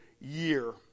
year